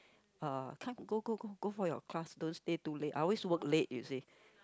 ah time to go go go go for your class don't stay too late I always work late you see